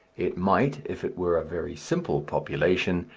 it might, if it were a very simple population,